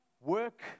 work